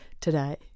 today